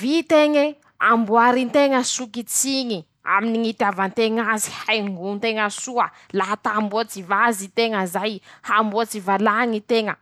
vit'eñy, ambory nteña sokitsy aminy ñy itiava nteña azy haiño anteña soa, laha ta hamboatsy vazy teña zay, ta hamboasty valañy teña.